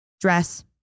Dress